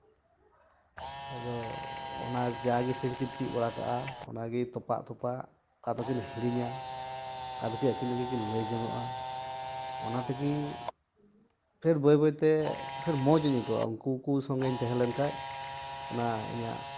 ᱟᱫᱚ ᱚᱱᱟ ᱡᱟᱼᱜᱮ ᱥᱮᱨᱮᱧ ᱠᱤᱱ ᱪᱮᱫ ᱵᱟᱲᱟᱣ ᱠᱟᱜᱼᱟ ᱚᱱᱟ ᱜᱮ ᱛᱚᱯᱟᱜᱼᱛᱚᱯᱟᱜ ᱚᱠᱟ ᱫᱚᱠᱤᱱ ᱦᱤᱲᱤᱧᱟ ᱚᱠᱟ ᱫᱚ ᱟᱹᱠᱤᱱ ᱛᱮᱜᱮᱠᱤᱱ ᱞᱟᱹᱭ ᱡᱚᱝᱚᱜᱼᱟ ᱚᱱᱟᱛᱮᱜᱮ ᱯᱷᱮᱨ ᱵᱟᱹᱭ ᱵᱟᱹᱭ ᱛᱮ ᱯᱷᱮᱨ ᱢᱚᱡᱤᱧ ᱟᱹᱭᱠᱟᱹᱣᱟ ᱩᱱᱠᱩ ᱠᱚ ᱥᱚᱸᱜᱮᱧ ᱛᱟᱦᱮᱸᱞᱮᱱ ᱠᱷᱟᱱ ᱚᱱᱟ ᱤᱧᱟᱹᱜ